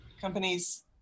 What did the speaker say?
companies